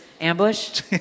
Ambush